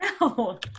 no